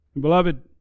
Beloved